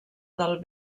del